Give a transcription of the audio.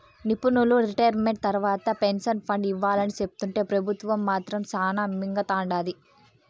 నిపునులు రిటైర్మెంట్ తర్వాత pension fund ఇవ్వాలని సెప్తుంటే పెబుత్వం మాత్రం శానా మింగతండాది